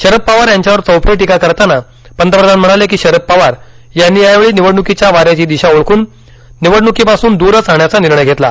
शरद पवार यांच्यावर चौफेर टीका करताना पंतप्रधान म्हणाले की शरद पवार यांनी यावेळी निवडण्कीच्या वाऱ्याची दिशा ओळखून निवडण्कीपासून दूरच राहण्याचा निर्णय घेतला